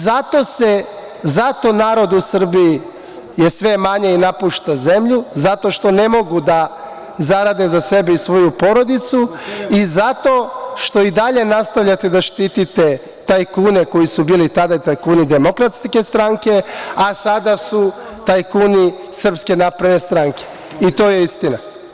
Zato je naroda u Srbiji sve manje i napušta zemlju, zato što ne mogu da zarade za sebe i svoju porodicu i zato što i dalje nastavljate da štite tajkune koji su bili tada tajkuni Demokratske stranke, a sada su tajkuni Srpske napredne stranke i to je istina.